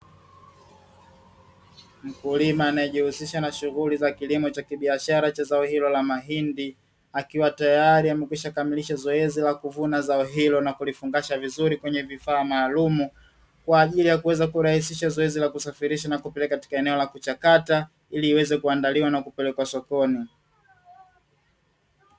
Mkulima anayejihusisha na shughuli za kilimo cha kibiashara cha zao hilo la mahindi, akiwa tayari amekwisha kamilisha zoezi la kuvuna zao hilo na kulifungasha vizuri kwenye vifaa maalum kwa ajili ya kuweza kurahisisha zoezi la kusafirisha na kupeleka katika eneo la kuchakata, ili iweze kuandaliwa na kupelekwa sokoni.